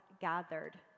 gathered